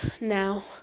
now